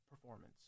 performance